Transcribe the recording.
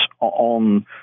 on